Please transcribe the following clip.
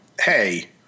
hey